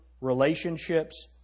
relationships